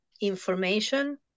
information